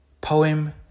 poem